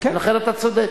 לכן אתה צודק.